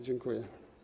Dziękuję.